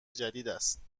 جدیداست